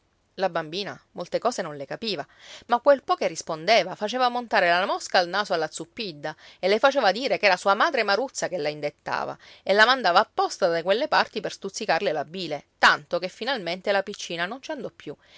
la bambina molte cose non le capiva ma quel po che rispondeva faceva montare la mosca al naso alla zuppidda e le faceva dire ch'era sua madre maruzza che la indettava e la mandava apposta da quelle parti per stuzzicarle la bile tanto che finalmente la piccina non ci andò più